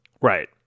right